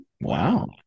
Wow